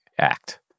act